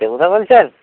দেবুদা বলছেন